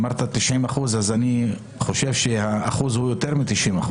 אמרת 90% - אני חושב שזה יותר מ-90%.